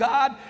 God